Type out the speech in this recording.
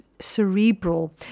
cerebral